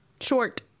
short